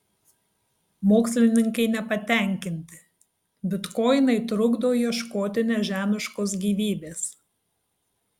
mokslininkai nepatenkinti bitkoinai trukdo ieškoti nežemiškos gyvybės